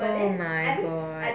oh my god